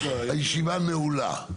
הישיבה נעולה.